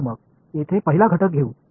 चला तर मग येथे पहिला घटक घेऊ